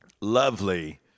lovely